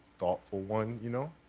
thoughtful one, you know?